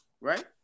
Right